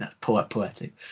poetic